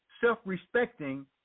self-respecting